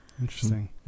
Interesting